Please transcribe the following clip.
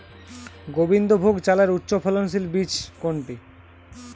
গোবিন্দভোগ চালের উচ্চফলনশীল বীজ কোনটি?